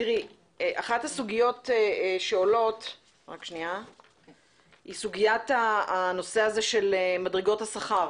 אחת הסוגיות שעולות היא סוגיית מדרגות השכר,